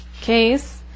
case